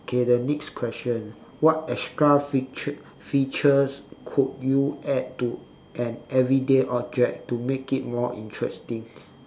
okay the next question what extra feature features could you add to an everyday object to make it more interesting